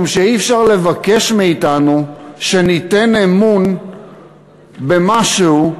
משום שאי-אפשר לבקש מאתנו שניתן אמון במשהו